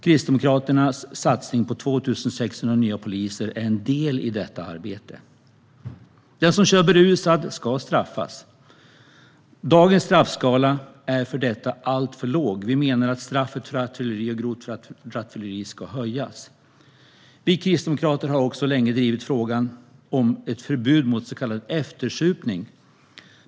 Kristdemokraternas satsning på 2 600 nya poliser är en del i detta arbete. Den som kör berusad ska straffas. Dagens straffskala för detta är alltför låg. Vi menar att straffet för rattfylleri och grovt rattfylleri ska höjas. Vi kristdemokrater har också länge drivit frågan om ett förbud mot så kallad eftersupning.